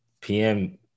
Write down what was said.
PM